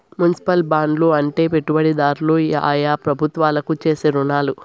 municipal బాండ్లు అంటే పెట్టుబడిదారులు ఆయా ప్రభుత్వాలకు చేసే రుణాలు